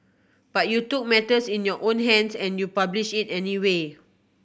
but you took matters in your own hands and you published it anyway